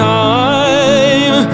time